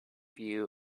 view